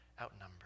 outnumbered